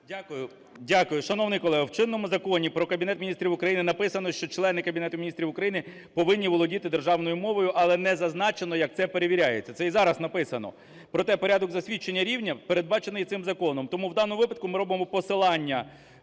дякую. Шановні колего, в чинному Законі "Про Кабінет Міністрів України" написано, що члени Кабінету Міністрів України повинні володіти державною мовою, але не зазначено, як це перевіряється, це і зараз написано. Проте порядок засвідчення рівнів передбачений і цим законом. Тому в даному випадку ми робимо посилання